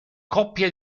coppia